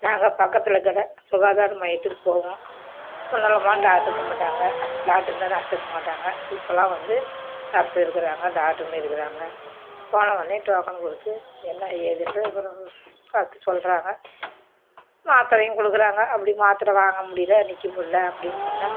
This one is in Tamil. நாங்கள் பக்கத்தில் இருக்கற சுகாதார மையத்துக்கு போவோம் முன்னெல்லாம் போனால் டாக்ட்ரு இருக்க மாட்டாங்க டாக்ட்ரு இருந்தால் நர்ஸு இருக்க மாட்டாங்க இப்போல்லாம் வந்து நர்ஸு இருக்கறாங்க டாக்டருங்க இருக்கறாங்க போனவொன்னே டோக்கன் கொடுத்து என்ன ஏதுன்ட்டு விவரம் பார்த்துச் சொல்லுறாங்க மாத்திரையும் கொடுக்குறாங்க அப்படி மாத்திர வாங்க முடியல நிற்க முடியல அப்படின்னு சொன்னால்